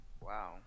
Wow